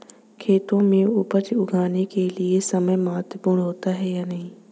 खेतों में उपज उगाने के लिये समय महत्वपूर्ण होता है या नहीं?